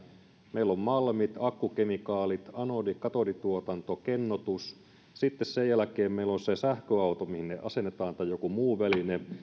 meillä on malmit akkukemikaalit anodi katodituotanto kennotus sitten sen jälkeen meillä on se sähköauto johon ne asennetaan tai joku muu väline